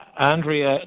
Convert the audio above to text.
Andrea